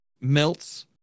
melts